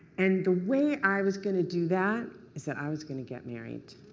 and the way i was going to do that is that i was going to get married.